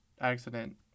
accident